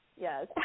Yes